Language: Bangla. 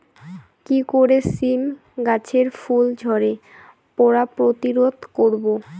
কি করে সীম গাছের ফুল ঝরে পড়া প্রতিরোধ করব?